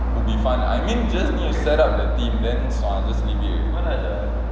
will be fun I mean just need to set up the team then sua just leave it already